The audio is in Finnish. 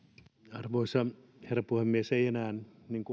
arvoisa herra puhemies ei enää